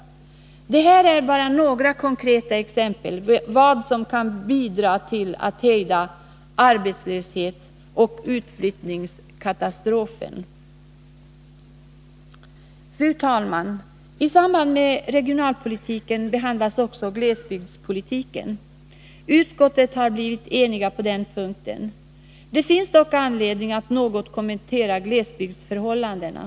Det här är bara några konkreta exempel på vad som kan bidra till att hejda arbetslöshetsoch utflyttningskatastrofen. Fru talman! I samband med regionalpolitiken behandlas också glesbygdspolitiken. Utskottet har blivit enigt på den punkten. Det finns dock anledning att något kommentera glesbygdsförhållandena.